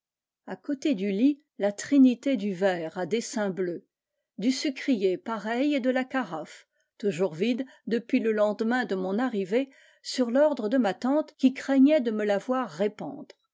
à côté du lit la trinité du verre à dessins bleus du sucrier pareil et de la carafe toujours vide depuis le lendemain de mon arrivée sur l'ordre de ma tante qui craignait de me la voir répandre